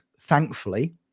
Thankfully